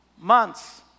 months